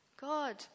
God